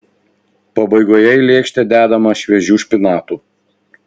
pabaigoje į lėkštę dedama šviežių špinatų